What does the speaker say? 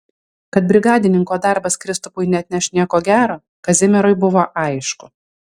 kad brigadininko darbas kristupui neatneš nieko gero kazimierui buvo aišku